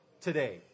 today